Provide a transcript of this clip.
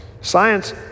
Science